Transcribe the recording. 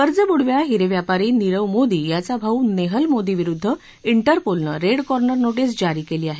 कर्जबुडव्या हिरेव्यापारी नीरव मोदी याचा भाऊ नेहल मोदी विरुद्ध त्रिपोलने रेड कॉर्नर नोटीस जारी केली आहे